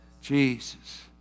Jesus